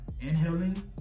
Inhaling